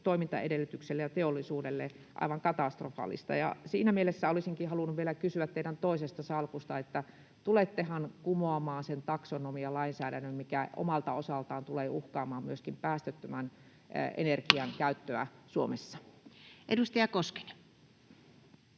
toimintaedellytyksillemme ja teollisuudellemme aivan katastrofaalista. Ja siinä mielessä olisinkin halunnut vielä kysyä teidän toisesta salkustanne: tulettehan kumoamaan sen taksonomialainsäädännön, mikä omalta osaltaan tulee uhkaamaan myöskin päästöttömän energian